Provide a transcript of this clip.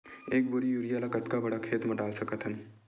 एक बोरी यूरिया ल कतका बड़ा खेत म डाल सकत हन?